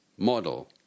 model